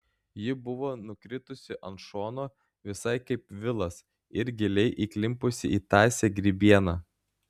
ji buvo nukritusi ant šono visai kaip vilas ir giliai įklimpusi į tąsią grybieną